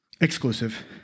exclusive